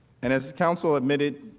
and as counsel admitted